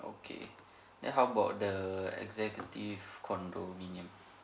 okay then how about the executive condominium